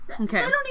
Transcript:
Okay